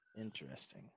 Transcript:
Interesting